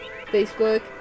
Facebook